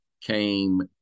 came